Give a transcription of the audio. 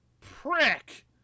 prick